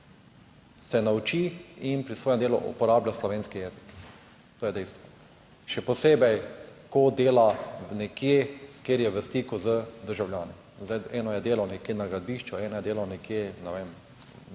se nauči in pri svojem delu uporablja slovenski jezik, to je dejstvo, še posebej, ko dela nekje, kjer je v stiku z državljani. Zdaj, eno je delo nekje na gradbišču, eno je dela nekje, ne vem,